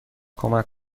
کمک